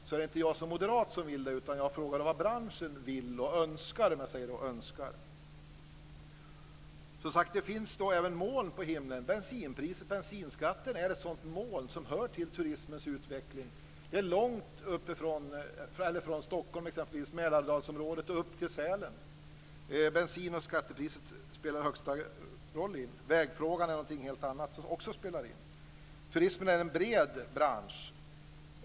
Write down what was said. Men det är inte jag som moderat som vill det, utan jag frågade vad branschen ville ha och önskade. Det finns även moln på himlen. Bensinpriset och bensinskatten är ett sådant moln som hör till turismens utveckling. Det är långt från Stockholm och Mälardalsområdet upp till Sälen. Bensinpriset och skatten spelar i högsta grad in. Vägfrågan är något annat som också spelar in. Turismen är en bred bransch.